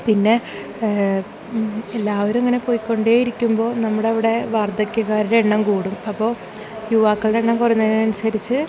പിന്നെ എല്ലാവരും ഇങ്ങനെ പോയിക്കൊണ്ടേ ഇരിക്കുമ്പോൾ നമ്മൾ അവിടെ വാർദ്ധക്യക്കാരുടെ എണ്ണം കൂടും അപ്പോൾ യുവാക്കളുടെ എണ്ണം കുറയുന്നതിന് അനുസരിച്ച്